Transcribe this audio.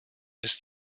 ist